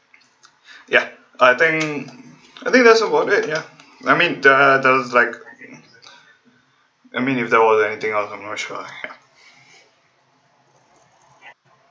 ya I think I think that's about it ya I mean the the like I mean if there was anything else I'm not sure